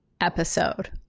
episode